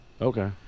Okay